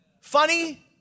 Funny